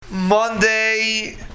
Monday